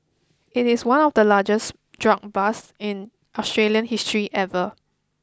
it is one of the largest drug busts in Australian history ever